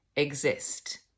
exist